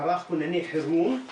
מערך כונני חירום,